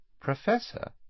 Professor